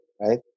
right